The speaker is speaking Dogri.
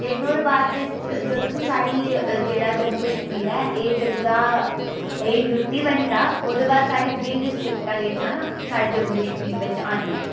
ते ओह्दै बाद साढ़ा जेह्ड़ा साढ़ा जम्मू कश्मीर जदूं दा यू टी बनी गेदा ओह्दे बाद साढ़ी बी डिस्ट्रिक्टां जेह्ड़ियां न जम्मू कश्मीर च आंदियां